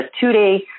two-day